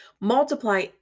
Multiply